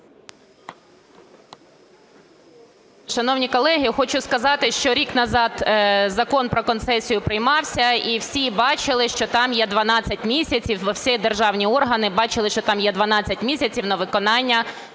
Шановні колеги, хочу сказати, що рік назад Закон "Про концесію" приймався, і всі бачили, що там є 12 місяців, всі державні органи бачили, що там є 12 місяців на виконання